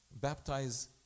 baptize